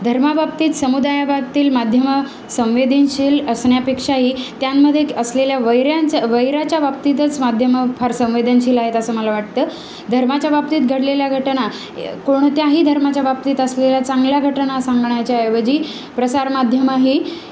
धर्माबाबतीत समुदायाबातील माध्यम संवेदनशील असण्यापेक्षाही त्यांमध्ये असलेल्या वैऱ्यांच्या वैराच्या बाबतीतच माध्यम फार संवेदनशील आहेत असं मला वाटतं धर्माच्या बाबतीत घडलेल्या घटना कोणत्याही धर्माच्या बाबतीत असलेल्या चांगल्या घटना सांगण्याच्या ऐवजी प्रसारमाध्यम ही